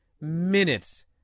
minutes